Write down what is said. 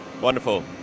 Wonderful